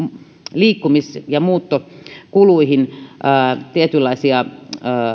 liikkumis ja muuttokuluihin tietynlaisia